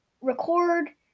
record